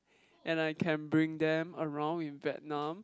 and I can bring them around in Vietnam